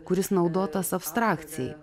kuris naudotas abstrakcijai